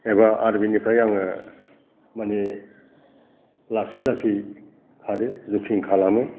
एबा आर बिनिफ्राय आङो माने लासै लासै आरो जगिं खालामो